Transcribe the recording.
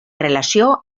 relació